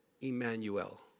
Emmanuel